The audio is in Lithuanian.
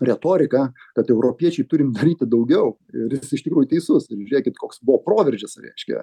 retoriką kad europiečiai turim daryti daugiau ir iš tikrųjų teisus ir žiūrėkit koks buvo proveržis reiškia